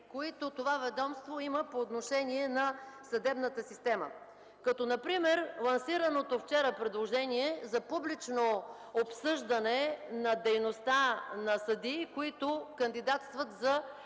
които това ведомство има по отношение на съдебната система, например лансираното вчера предложение за публично обсъждане на дейността на съдии, които кандидатстват за